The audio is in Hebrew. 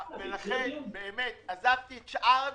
לכן באמת עזבתי את שאר הנושאים.